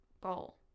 Bowl